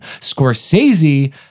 Scorsese